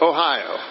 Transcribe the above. Ohio